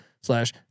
slash